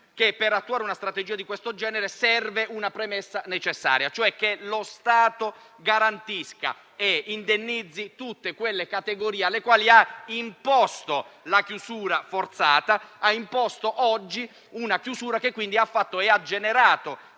che, per attuare una strategia di questo genere, serve una premessa necessaria, e cioè che lo Stato garantisca e indennizzi tutte quelle categorie alle quali ha imposto la chiusura forzata; una chiusura che ha di fatto generato